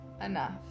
enough